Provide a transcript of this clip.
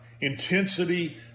intensity